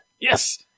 Yes